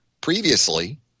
Previously